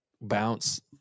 bounce